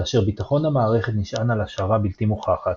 כאשר ביטחון המערכת נשען על השערה בלתי מוכחת,